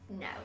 No